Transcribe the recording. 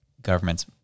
governments